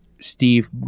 Steve